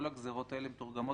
כל הגזירות האלה מתורגמות